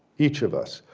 each of us,